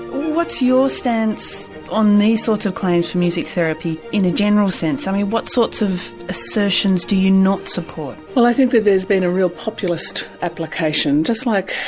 what's your stance on these sorts of claims for music therapy in a general sense, i mean what sorts of assertions do you not support? well i think that there's been a real populist application, just like,